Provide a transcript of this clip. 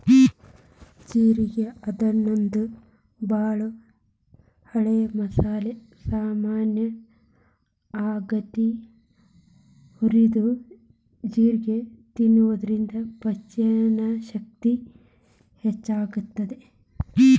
ಜೇರ್ಗಿ ಅನ್ನೋದು ಬಾಳ ಹಳೆ ಮಸಾಲಿ ಸಾಮಾನ್ ಆಗೇತಿ, ಹುರಿದ ಜೇರ್ಗಿ ತಿನ್ನೋದ್ರಿಂದ ಪಚನಶಕ್ತಿ ಹೆಚ್ಚಾಗ್ತೇತಿ